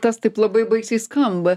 tas taip labai baisiai skamba